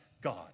God